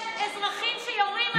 יש אזרחים שיורים עליהם עכשיו,